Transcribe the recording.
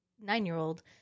nine-year-old